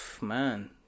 man